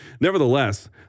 Nevertheless